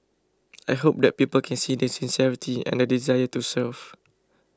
I hope that people can see the sincerity and the desire to serve